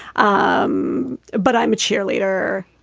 um but i'm a cheerleader.